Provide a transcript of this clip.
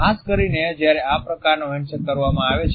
ખાસ કરીને જ્યારે આ પ્રકારનો હેન્ડશેક કરવામાં આવે છે